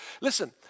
listen